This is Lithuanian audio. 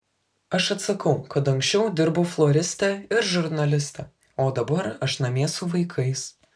aš atsakau kad anksčiau dirbau floriste ir žurnaliste o dabar aš namie su vaikais